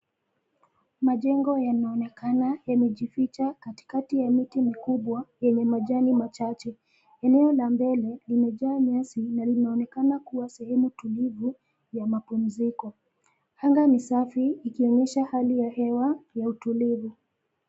Majengo yanaonekana yamejificha katikati ya miti mikubwa yenye majani machache, eneo la mbele limejaa nyasi na linaonekana kuwa sehemu tulivu, ya mapumziko, anga ni safi, ikionyesha hali ya hewa, ya utulivu.